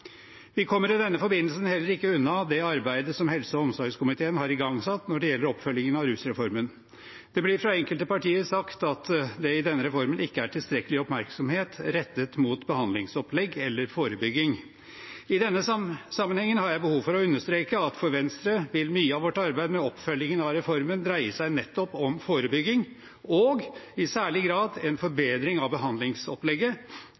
Vi kommer i denne forbindelsen heller ikke unna det arbeidet som helse- og omsorgskomiteen har igangsatt når det gjelder oppfølgingen av rusreformen. Det blir fra enkelte partier sagt at det i denne reformen ikke er tilstrekkelig oppmerksomhet rettet mot behandlingsopplegg eller forebygging. I denne sammenhengen har jeg behov for å understreke at for Venstre vil mye av vårt arbeid med oppfølgingen av reformen dreie seg nettopp om forebygging, og i særlig grad en